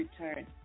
return